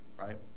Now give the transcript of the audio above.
right